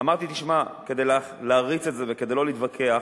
אמרתי: תשמע, כדי להריץ את זה וכדי לא להתווכח,